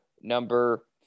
number